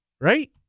Right